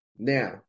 Now